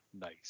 Nice